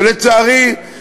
ולצערי,